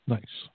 Nice